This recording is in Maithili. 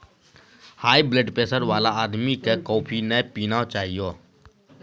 हाइब्लडप्रेशर वाला आदमी कॅ कॉफी नय पीना चाहियो